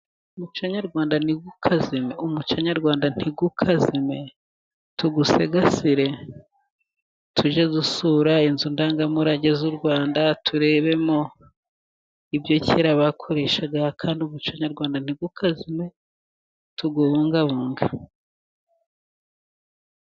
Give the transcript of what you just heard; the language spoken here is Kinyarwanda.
Umuco nyarwanda ntukazime! umuco nyarwanda ntukazime! tuwusigasire tujye dusura inzu ndangamurage y' u Rwanda turebemo ibyo kera bakoreshaga kandi umuco nyarwanda ntukazime tuwubungabunge.